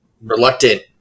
reluctant